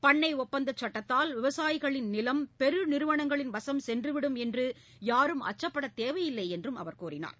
பண்ணை ஒப்பந்த சட்டத்தால் விவசாயிகளின் நிலம் பெரு நிறுவனங்களின் வசம் சென்றுவிடும் என்று யாரும் அச்சப்படத் தேவையில்லை என்றும் அவர் தெரிவித்தார்